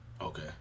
Okay